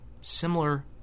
similar